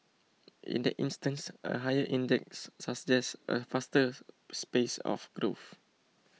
in that instance a higher index suggests a faster space of growth